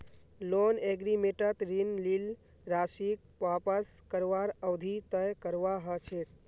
loan एग्रीमेंटत ऋण लील राशीक वापस करवार अवधि तय करवा ह छेक